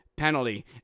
Penalty